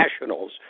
Nationals